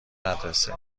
مدرسه